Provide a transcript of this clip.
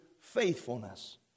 faithfulness